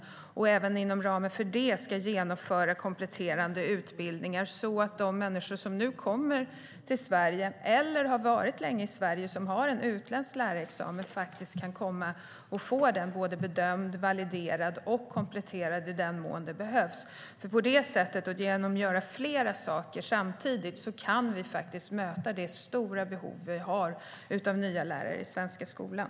Vi ska även inom ramen för det genomföra kompletterande utbildningar så att de människor som nu kommer till Sverige eller har varit länge i Sverige och har en utländsk lärarexamen kan få den bedömd, validerad och kompletterad i den mån det behövs. Genom att på detta sätt göra flera saker samtidigt kan vi möta det stora behov vi har av nya lärare i den svenska skolan.